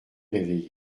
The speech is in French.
réveillé